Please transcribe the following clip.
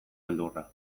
beldurra